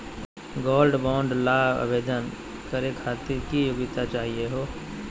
Gold bond ल आवेदन करे खातीर की योग्यता चाहियो हो?